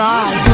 God